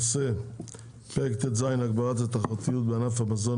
הנושא הוא פרק ט"ז (הגברת התחרותיות בענף המזון